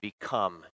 become